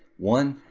one,